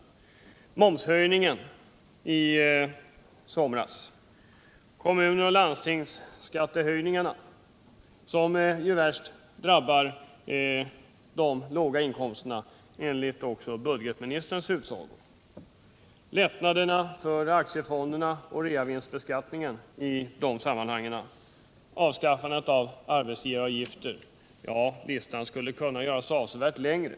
Och hur skall man betrakta momshöjningen i somras, kommunaloch landstingsskattehöjningarna —- som också enligt budgetministerns utsago hårdast drabbar låginkomsttagarna —, lättnaderna för aktiefonderna, realisationsvinstbeskattningen och avskaffandet av arbetsgivaravgifter? Listan skulle kunna göras avsevärt längre.